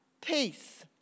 Peace